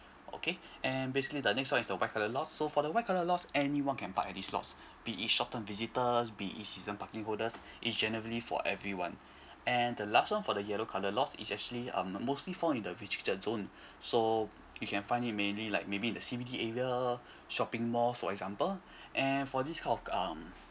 okay and basically the next one is the white colour lot so for the white colour lot anyone can park any lots be it short term visitor be it season parking holder it generally for everyone and the last one for the yellow colour lot is actually um mostly fall in the restricted zone so you can find it mainly like maybe in the C_B_D area shopping mall for example and for this kind of um